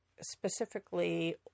Specifically